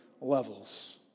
levels